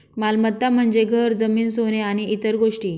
मालमत्ता म्हणजे घर, जमीन, सोने आणि इतर गोष्टी